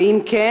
2. אם כן,